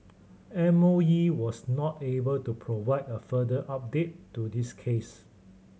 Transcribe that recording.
M O E was not able to provide a further update to this case